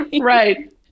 right